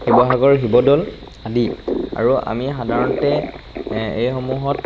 শিৱসাগৰ শিৱদৌল আদি আৰু আমি সাধাৰণতে এইসমূহত